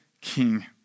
King